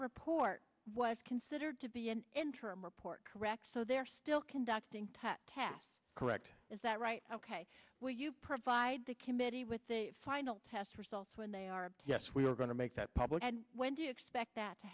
report was considered to be an interim report correct so they're still conducting touch tests correct is that right ok will you provide the committee with the final test results when they are yes we are going to make that public and when do you expect that to